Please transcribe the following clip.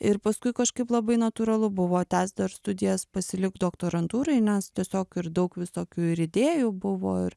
ir paskui kažkaip labai natūralu buvo tęst dar studijas pasilikt doktorantūroj nes tiesiog ir daug visokių idėjų buvo ir